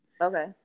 Okay